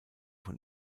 von